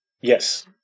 yes